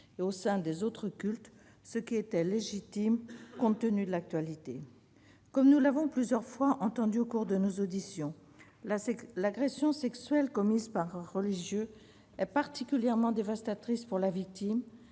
et au sein des autres cultes, ce qui était légitime compte tenu de l'actualité. Comme nous l'avons plusieurs fois entendu au cours de nos auditions, l'agression sexuelle commise par un religieux est particulièrement dévastatrice pour la victime,